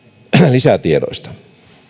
lisätiedoista